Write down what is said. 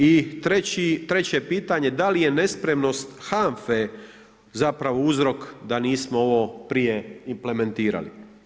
I treće pitanje, da li je nespremnost HAMFE zapravo uzrok da nismo ovo prije implementirali?